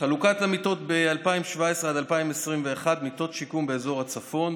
חלוקת המיטות ב-2017 עד 2021 מבחינת מיטות שיקום באזור הצפון,